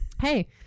Hey